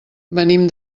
venim